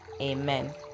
Amen